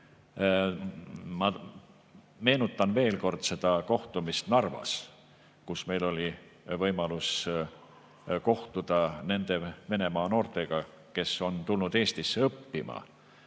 ma meenutan veel kord seda kohtumist Narvas, kus meil oli võimalus kohtuda nende Venemaa noortega, kes on tulnud Eestisse õppima